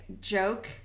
joke